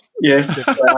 Yes